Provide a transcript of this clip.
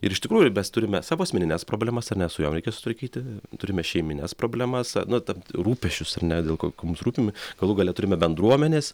ir iš tikrųjų mes turime savo asmenines problemas ar ne su jom reikia susitvarkyti turime šeimines problemas na tam rūpesčius ar ne dėl ko ko mums rūpi galų gale turime bendruomenes